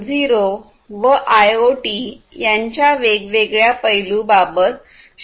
0 व आयआयओटी यांच्या वेगवेगळ्या पैलू बाबत शिकणार आहोत